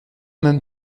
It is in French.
même